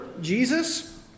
Jesus